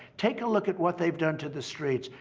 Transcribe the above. take a look at what they've done to the streets.